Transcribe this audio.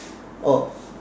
or